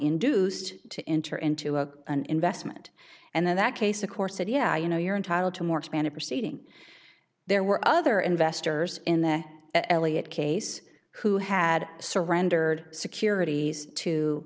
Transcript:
induced to enter into a an investment and then that case of course said yeah you know you're entitled to more expanded proceeding there were other investors in the elliott case who had surrendered securities